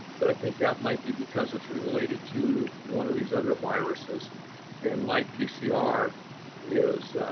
but i think that might be because it's related to one of these other viruses and my pcr is,